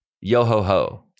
Yo-ho-ho